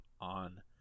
on